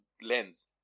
lens